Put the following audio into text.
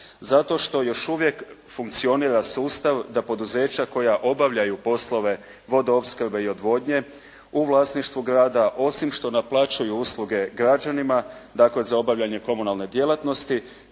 Zato što još uvijek funkcionira sustav da poduzeća koja obavljaju poslove vodoopskrbe i odvodnje u vlasništvu grada, osim što naplaćuju usluge građanima, dakle za obavljanje komunalne djelatnosti,